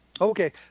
Okay